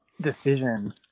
decision